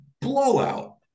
blowout